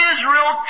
Israel